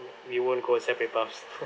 we won't go separate paths